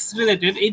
related